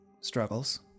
struggles